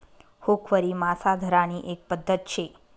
हुकवरी मासा धरानी एक पध्दत शे